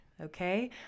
okay